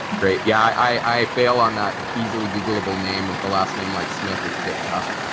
great yeah, i fail on that easily googleable name with the last name like smith it's a bit tough.